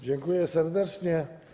Dziękuję serdecznie.